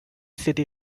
city